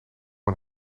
een